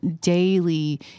daily